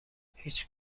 هیچ